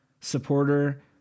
supporter